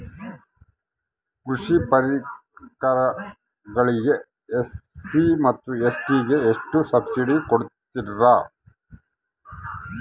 ಕೃಷಿ ಪರಿಕರಗಳಿಗೆ ಎಸ್.ಸಿ ಮತ್ತು ಎಸ್.ಟಿ ಗೆ ಎಷ್ಟು ಸಬ್ಸಿಡಿ ಕೊಡುತ್ತಾರ್ರಿ?